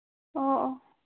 ꯑꯣ ꯑꯣ